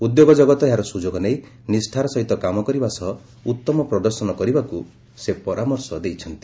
ଉଦ୍ୟୋଗ ଜଗତ ଏହାର ସୁଯୋଗ ନେଇ ନିଷ୍ଠାର ସହିତ କାମ କରିବା ସହ ଉତ୍ତମ ପ୍ରଦର୍ଶନ କରିବାକୁ ସେ ପରାମର୍ଶ ଦେଇଛନ୍ତି